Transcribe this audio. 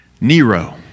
Nero